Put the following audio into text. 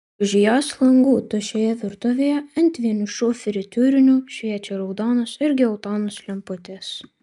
už jos langų tuščioje virtuvėje ant vienišų fritiūrinių šviečia raudonos ir geltonos lemputės